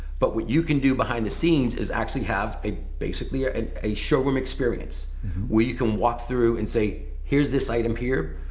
but what you can do behind the scenes is actually have a basically ah and a showroom experience where you can walk through and say, here's this item here.